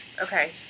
Okay